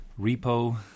repo